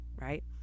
right